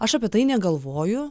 aš apie tai negalvoju